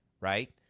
right